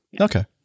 Okay